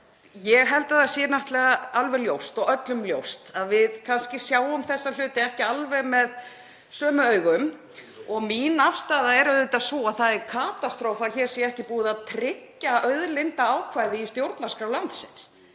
Ég held að það sé náttúrlega alveg ljóst og öllum ljóst að við kannski sjáum þessa hluti ekki alveg með sömu augum. Mín afstaða er sú að það er katastrófa að hér sé ekki búið að tryggja auðlindaákvæði í stjórnarskrá landsins